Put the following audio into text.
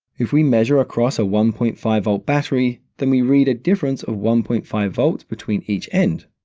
if we measure across a one point five volt battery, then we read a difference of one point five volts between each end,